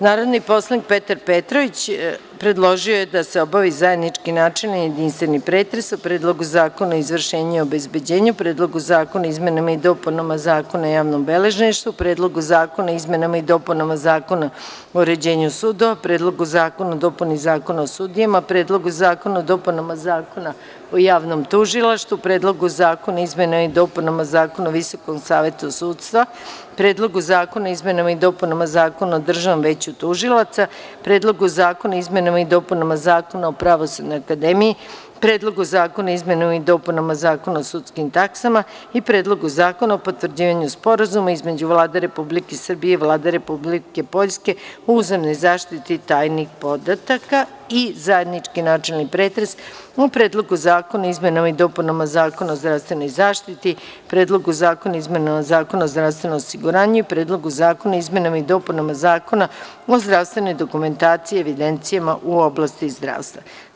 Narodni poslanik Petar Petrović predložio je da se obavi zajednički načelni i jedinstveni pretres o: Predlogu zakona o izvršenju i obezbeđenju, Predlogu zakona o izmenama i dopunama Zakona o javnom beležništvu, Predlogu zakona o izmenama i dopunama Zakona o uređenju sudova, Predlogu zakona o dopuni Zakona o sudijama, Predlogu zakona o dopunama Zakona o javnom tužilaštvu, Predlogu zakona o izmenama i dopunama Zakona o Visokom savetu sudstva, Predlogu zakona o izmenama i dopunama Zakona o Državnom veću tužilaca, Predlogu zakona o izmenama i dopunama Zakona o Pravosudnoj akademiji, Predlogu zakona o izmenama i dopunama Zakona o sudskim taksama i Predlogu zakona o potvrđivanju Sporazuma između Vlade Republike Srbije i Vlade Republike Poljske o uzajamnoj zaštiti tajnih podataka; i zajednički načelni pretres o: Predlogu zakona o izmenama i dopunama Zakona o zdravstvenoj zaštiti, Predlogu zakona o izmenama Zakona o zdravstvenom osiguranju i Predlogu zakona o izmenama i dopunama Zakona o zdravstvenoj dokumentaciji i evidencijama u oblasti zdravstva.